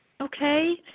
okay